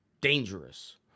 dangerous